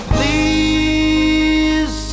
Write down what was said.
Please